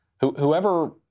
whoever